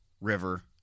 river